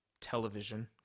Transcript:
television